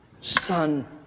son